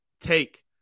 take